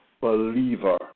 believer